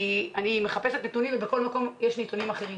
אני מחפשת נתונים ובכל מקום יש נתונים אחרים.